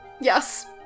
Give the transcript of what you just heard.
Yes